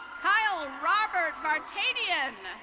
kyle robert barcadian.